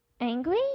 Angry